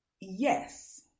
yes